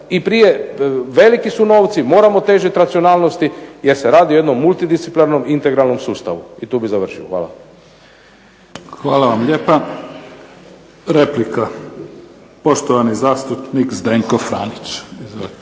i veliki su novci, moramo težiti racionalnosti jer se radi o jednom multidisciplinarnom integralnom sustavu. I tu bi završio. **Mimica, Neven (SDP)** Hvala vam lijepa. Replika poštovani zastupnik Zdenko Franić. Izvolite.